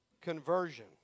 conversion